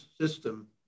system